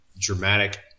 dramatic